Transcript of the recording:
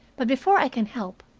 but before i can help,